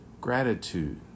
gratitude